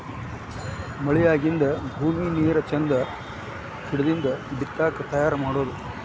ಮಳಿ ಆಗಿಂದ ಭೂಮಿ ನೇರ ಚಂದ ಹಿಡದಿಂದ ಬಿತ್ತಾಕ ತಯಾರ ಮಾಡುದು